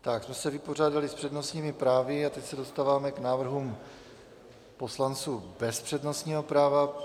Tím jsme se vypořádali s přednostními právy a teď se dostáváme k návrhům poslanců bez přednostního práva.